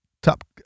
Top